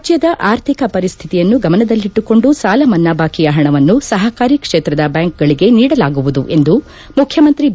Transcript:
ರಾಜ್ಞದ ಅರ್ಥಿಕ ಪರಿಸ್ತಿತಿಯನ್ನು ಗಮನದಲ್ಲಿಟ್ಲುಕೊಂಡು ಸಾಲ ಮನ್ನಾ ಬಾಕಿಯ ಪಣವನ್ನು ಸಪಕಾರಿ ಕ್ಷೇತ್ರದ ಬ್ಯಾಂಕುಗಳಿಗೆ ನೀಡಲಾಗುವುದು ಎಂದು ಮುಖ್ಯಮಂತ್ರಿ ಬಿ